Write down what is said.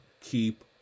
keep